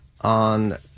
on